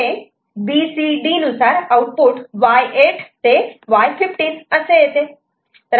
इथे B C D नुसार output Y8 ते Y15 असे येते